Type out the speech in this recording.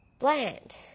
Bland